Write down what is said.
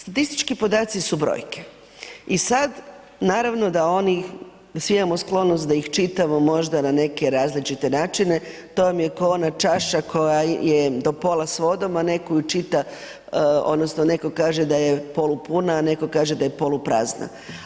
Statistički podaci su brojke i sada naravno oni, svi imamo sklonost da ih čitamo možda na neke različite načine to vam je kao ona čaša koja je do pola s vodom a netko ju čita odnosno netko kaže da je polupuna, a netko kaže da je poluprazna.